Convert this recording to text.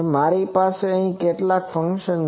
મારી પાસે અહી કેટલાક ફંક્શન છે